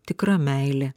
tikra meilė